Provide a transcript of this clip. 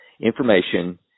information